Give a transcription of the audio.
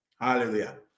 Hallelujah